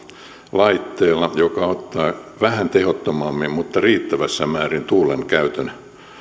laitteella joka ottaa vähän tehottomammin mutta riittävässä määrin tuulen käytön